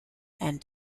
and